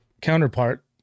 counterpart